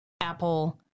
Apple